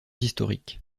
historiques